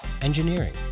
engineering